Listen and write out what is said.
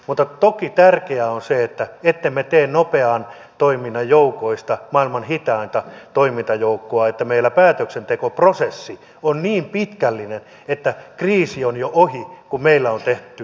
mutta toki tärkeää on se ettemme tee nopean toiminnan joukoista maailman hitainta toimintajoukkoa siksi että meillä päätöksentekoprosessi on niin pitkällinen että kriisi on jo ohi kun meillä on tehty täällä päätös